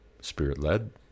spirit-led